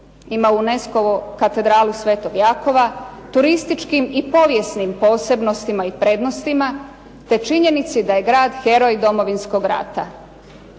ima UNESCO-vu katedralu sv. Jakova, turističkim i povijesnim posebnostima i prednostima, te činjenici da je grad heroj Domovinskog rata.